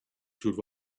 should